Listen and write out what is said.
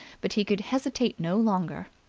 but he could hesitate no longer.